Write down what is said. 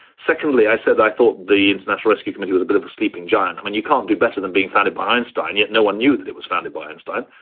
secondly, i said i thought the international rescue committee was a bit of a sleeping giant. mean you can't do better than being funded by einstein, yet no one knew that it was founded by einstein.